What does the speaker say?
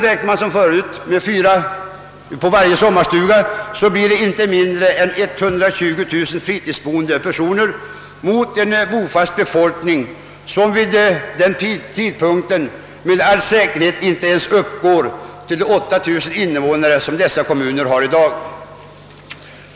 Räknar man som förut med fyra personer i varje sommarstuga, blir det fråga om inte mindre än 120 000 fritidsboende personer mot en bofast befolkning som vid den tidpunkten med all säkerhet inte uppgår ens till de 8 000 invånare som kommunerna har i dag.